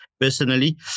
Personally